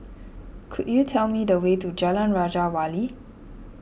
could you tell me the way to Jalan Raja Wali